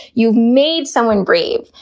you've made someone brave.